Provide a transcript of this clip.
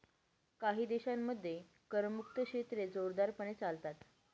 काही देशांमध्ये करमुक्त क्षेत्रे जोरदारपणे चालतात